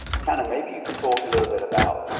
kind of maybe you can talk a little bit about